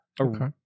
Okay